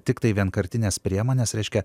tiktai vienkartines priemones reiškia